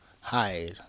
hide